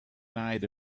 night